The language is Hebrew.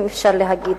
אם אפשר להגיד.